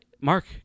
Mark